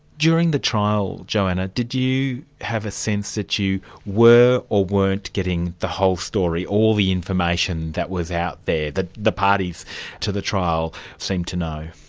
during the trial, joanna, did you have a sense that you were, or weren't getting the whole story, all the information that was out there, that the parties to the trial seemed to know?